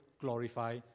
glorify